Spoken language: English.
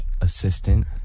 assistant